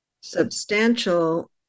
substantial